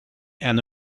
and